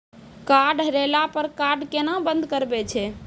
Card हेरैला पर card केना बंद करबै छै?